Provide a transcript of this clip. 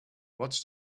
watch